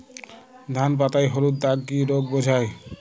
ধান পাতায় হলুদ দাগ কি রোগ বোঝায়?